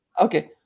Okay